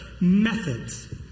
Methods